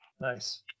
Nice